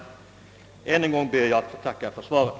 Än en gång ber jag att få tacka för svaret.